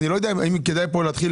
אני לא יודע אם כדאי להתחיל